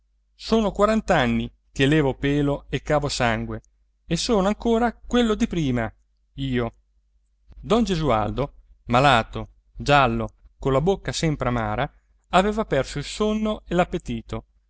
sono quarant'anni che levo pelo e cavo sangue e sono ancora quello di prima io don gesualdo malato giallo colla bocca sempre amara aveva perso il sonno e